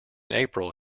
april